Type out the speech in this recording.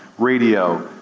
radio,